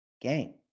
game